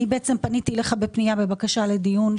אני פניתי אליך בפנייה לבקשה לדיון,